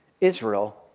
Israel